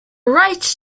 rights